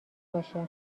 باشه